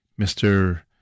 Mr